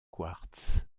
quartz